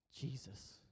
Jesus